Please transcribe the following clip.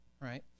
right